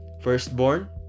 Firstborn